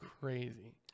crazy